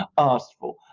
asked for.